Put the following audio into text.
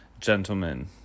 gentlemen